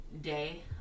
day